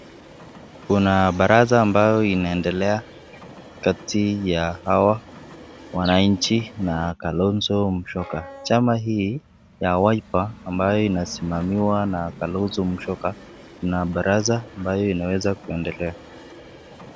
Kuna haraka ambayo inaendelea kati ya wananchina Kalonzo Musyoka. Chama hii ya Wiper ambayo inasimamiwa na Kalonzo Musyoka na baraza ambayo inaweza ukiendelea.